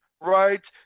Right